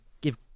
give